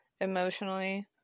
emotionally